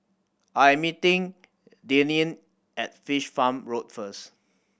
I am meeting Deneen at Fish Farm Road first